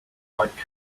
write